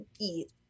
eat